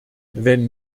wenn